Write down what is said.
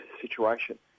situation